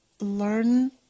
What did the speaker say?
Learn